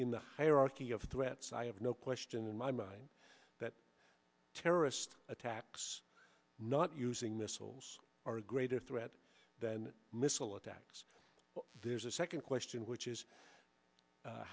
in the hierarchy of threats i have no question in my mind that terrorist attacks not using missiles are a greater threat than missile attacks but there's a second question which is